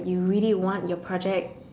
you really want your project